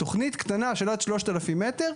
תכנית קטנה של עד 3,000 מטרים,